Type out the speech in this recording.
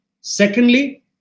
Secondly